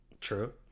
True